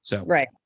Right